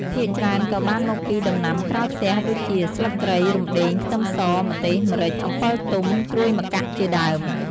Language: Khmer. ភាគច្រើនក៏បានមកពីដំណាំក្រោយផ្ទះដូចជា ស្លឹកគ្រៃ រំដេង ខ្ទឹមស ម្ទេស ម្រេច អំពិលទុំ ត្រួយម្កាក់ ជាដើម។